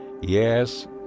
yes